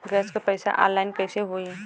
Gas क पैसा online कइसे होई?